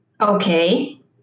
Okay